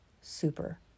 super